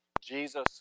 Jesus